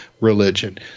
religion